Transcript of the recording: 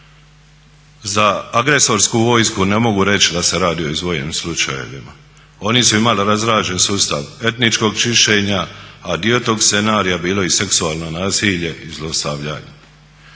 Za agresorsku vojsku ne mogu reći da se radi o izdvojenim slučajevima, oni su imali razrađen sustav etničkog čitanja, a dio tog scenarija bilo je i seksualno nasilje i zlostavljanje.